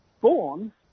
born